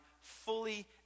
fully